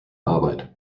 arbeit